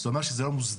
זה אומר שזה לא מוסדר.